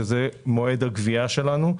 שזה מועד הגבייה שלנו,